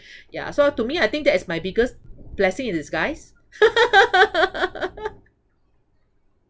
ya so to me I think that is my biggest blessing in disguise